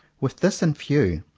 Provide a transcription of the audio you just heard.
with this in view,